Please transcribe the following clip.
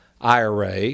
IRA